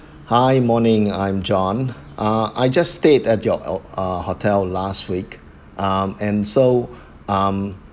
hi morning I'm john ah I just stayed at your ah hotel last week um and so um